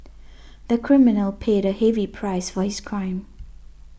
the criminal paid a heavy price for his crime